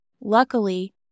Luckily